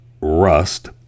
Rust